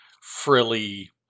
frilly